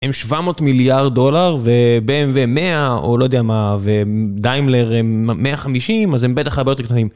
הם 700 מיליארד דולר, וב.מ.וו מאה, או לא יודע מה, ודיימלר הם 150, אז הם בטח הרבה יותר קטנים.